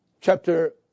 chapter